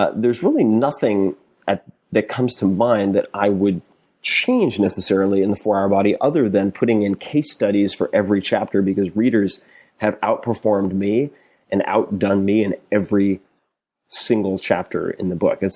there's really nothing ah that comes to mind that i would change, necessarily, in the four hour body, other than putting in case studies for every chapter because readers have outperformed me and outdone me in every single chapter in the book. and